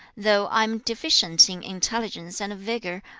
though i am deficient in intelligence and vigour,